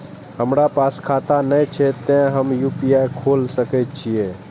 हमरा पास खाता ने छे ते हम यू.पी.आई खोल सके छिए?